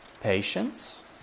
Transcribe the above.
Patience